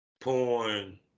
porn